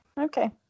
Okay